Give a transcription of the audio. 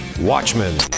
Watchmen